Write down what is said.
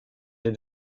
les